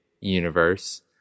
universe